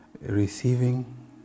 receiving